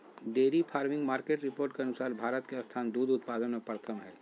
dairy farming market report के अनुसार भारत के स्थान दूध उत्पादन में प्रथम हय